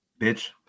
bitch